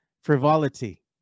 frivolity